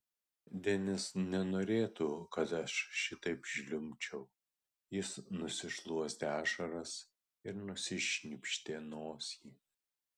denis nenorėtų kad aš šitaip žliumbčiau ji nusišluostė ašaras ir išsišnypštė nosį